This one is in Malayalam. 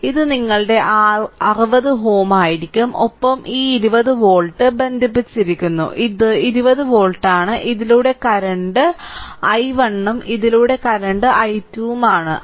ഇത് നിങ്ങളുടെ 60Ω ആയിരിക്കും ഒപ്പം ഈ 20 വോൾട്ട് ബന്ധിപ്പിച്ചിരിക്കുന്നു ഇത് 20 വോൾട്ട് ആണ് ഇതിലൂടെ കറന്റ് ഇത് i1 ഉം ഇതിലൂടെ കറന്റ് i2 ഉം ആണ്